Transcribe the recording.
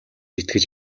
итгэж